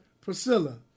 Priscilla